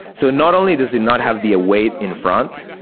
so not only does it not have the await in front.